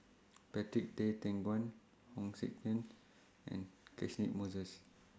Patrick Tay Teck Guan Hong Sek Chern and Catchick Moses